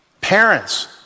Parents